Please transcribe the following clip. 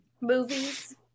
Movies